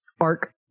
arc